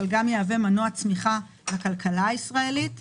אבל יהווה מנוע צמיחה לכלכלה הישראלית;